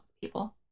people